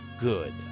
good